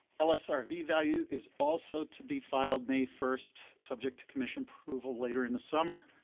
lsrv value is also to be filed may first subject to commission approval later in the summer.